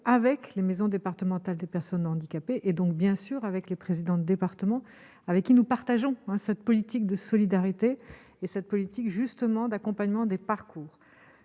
avec les maisons départementales des personnes handicapées et donc bien sûr avec les présidents de département, avec qui nous partageons cette politique de solidarité et cette politique justement d'accompagnement des parcours,